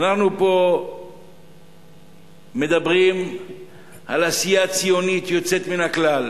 אנחנו מדברים על עשייה ציונית יוצאת מן הכלל,